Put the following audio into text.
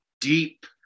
deep